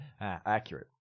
Accurate